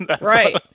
right